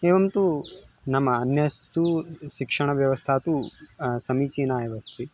एवं तु नाम अन्यासु शिक्षणव्यवस्था तु समीचीना एव अस्ति